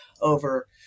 over